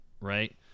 right